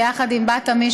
ביחד עם בת-עמי,